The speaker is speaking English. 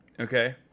Okay